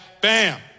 bam